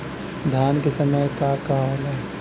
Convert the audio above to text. धान के समय का का होला?